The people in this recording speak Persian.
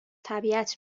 طبیعت